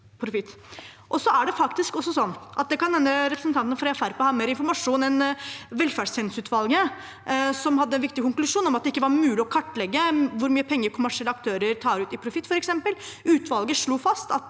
har mer informasjon enn velferdstjenesteutvalget, som hadde en viktig konklusjon om at det ikke var mulig å kartlegge hvor mye penger kommersielle aktører f.eks. tar ut i profitt. Utvalget slo fast at